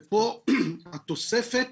ופה התוספת